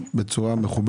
הובלתם את זה בצורה מכובדת,